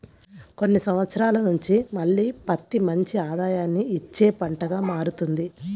కొన్ని సంవత్సరాల నుంచి మళ్ళీ పత్తి మంచి ఆదాయాన్ని ఇచ్చే పంటగా మారుతున్నది